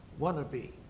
wannabe